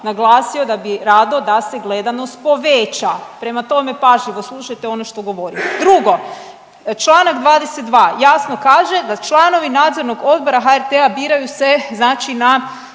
naglasio da bi rado da se gledanost poveća. Prema tome, pažljivo slušajte ono što govorim. Drugo, Članak 22. jasno kaže da članovi Nadzornog odbora HRT-a biraju se znači na